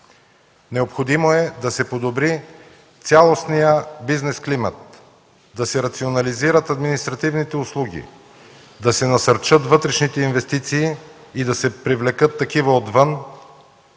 Необходимо е да се подобри цялостният бизнес климат, да се рационализират административните услуги, да се насърчат вътрешните инвестиции и да се привлекат такива отвън,